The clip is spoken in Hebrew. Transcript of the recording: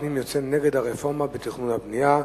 הפנים יוצא נגד הרפורמה בתכנון ובבנייה,